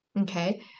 okay